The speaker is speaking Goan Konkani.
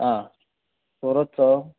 आं